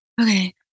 Okay